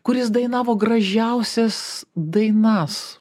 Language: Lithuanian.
kur jis dainavo gražiausias dainas